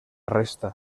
resta